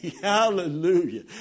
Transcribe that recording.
Hallelujah